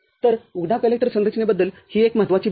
तर उघडा कलेक्टर संरचनेबद्दल ही एक महत्त्वाची बाब आहे